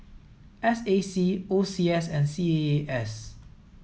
S A C O C S and C A A S